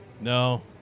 No